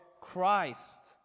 Christ